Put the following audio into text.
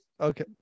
Okay